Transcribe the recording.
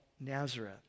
Nazareth